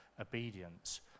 obedience